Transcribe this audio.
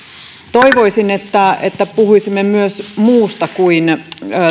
toivoisin että puhuisimme myös muusta kuin